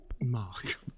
Mark